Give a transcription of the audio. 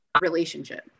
relationship